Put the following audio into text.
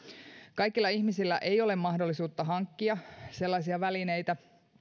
kaikilla ihmisillä ei ole mahdollisuutta hankkia sellaisia välineitä